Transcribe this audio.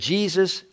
Jesus